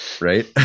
right